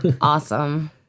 Awesome